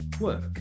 work